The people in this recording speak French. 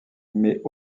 mais